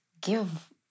give